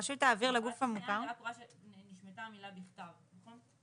רק רואה שנשמטה המילה "בכתב" נכון?